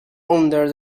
under